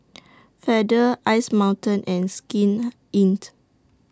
Feather Ice Mountain and Skin Inc